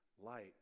Light